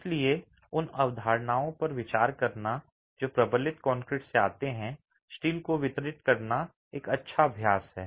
इसलिए उन अवधारणाओं पर विचार करना जो प्रबलित कंक्रीट से आते हैं स्टील को वितरित करना एक अच्छा अभ्यास है